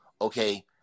okay